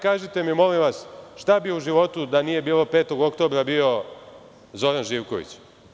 Kažite mi molim vas, šta bi u životu da nije bio Zoran Živković?